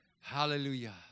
Hallelujah